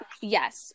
yes